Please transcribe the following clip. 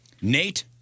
Nate